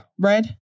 Red